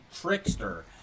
trickster